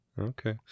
Okay